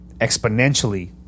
exponentially